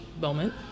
moment